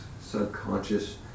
subconscious